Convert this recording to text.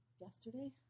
Yesterday